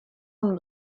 von